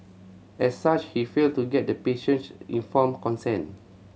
as such he failed to get the patient's informed consent